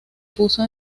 puso